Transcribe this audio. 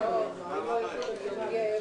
בכל הקריאות.